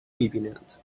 میبینند